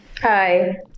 Hi